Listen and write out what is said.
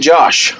Josh